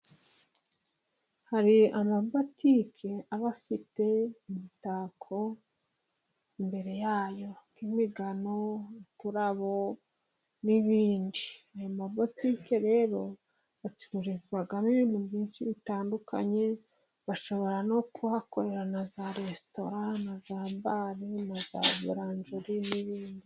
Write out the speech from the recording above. Hari amabutiki aba afite imitako imbere yayo nk'imigano, uturabo, n'ibindi. Ayo mobutike rero acururizwamo ibintu byinshi bitandukanye, bashobora no kuhakorera na za resitora na ambare na za buranjeri n'ibindi.